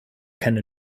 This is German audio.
keine